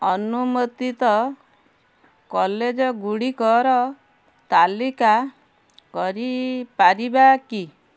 ଅନୁମୋଦିତ କଲେଜଗୁଡ଼ିକର ତାଲିକା କରି ପାରିବା କି